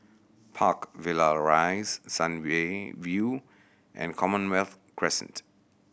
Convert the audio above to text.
Park Villa Rise Sun Way View and Commonwealth Crescent